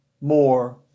more